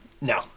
no